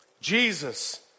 Jesus